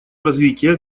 развития